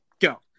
go